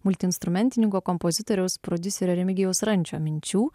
multiinstrumentininko kompozitoriaus prodiuserio remigijaus rančio minčių